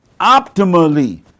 optimally